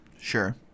Sure